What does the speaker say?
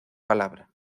palabra